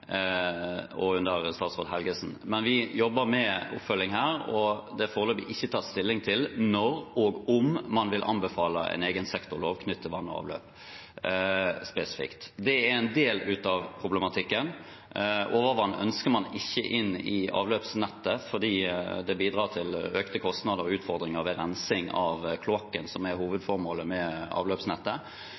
og under statsråd Helgesen, men vi jobber med oppfølging her. Det er foreløpig ikke tatt stilling til når og om man vil anbefale en egen sektorlov knyttet til vann og avløp spesifikt. Det er en del av problematikken. Overvann ønsker man ikke inn i avløpsnettet, fordi det bidrar til økte kostnader og utfordringer ved rensing av kloakken, som er hovedformålet med avløpsnettet.